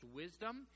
wisdom